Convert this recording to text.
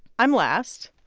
i'm last.